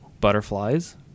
Butterflies